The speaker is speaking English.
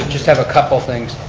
just have a couple things.